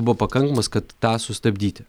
buvo pakankamas kad tą sustabdyti